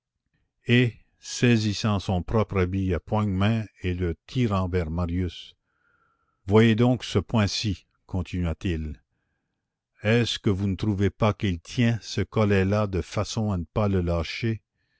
et saisissant son propre habit à poigne main et le tirant vers marius voyez donc ce poing ci continua-t-il est-ce que vous ne trouvez pas qu'il tient ce collet là de façon à ne pas le lâcher